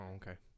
okay